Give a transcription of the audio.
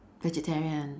vegetarian